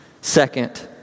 Second